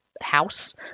house